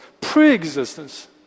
pre-existence